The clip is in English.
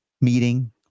meeting